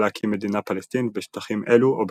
להקים מדינה פלסטינית בשטחים אלו או בחלקם.